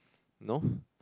no